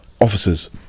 officers